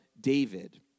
David